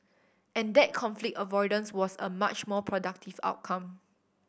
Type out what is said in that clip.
and that conflict avoidance was a much more productive outcome